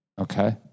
Okay